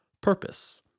purpose